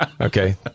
Okay